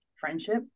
friendship